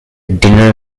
dinner